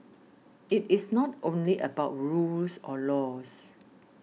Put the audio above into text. it is not only about rules or laws